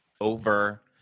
over